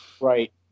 Right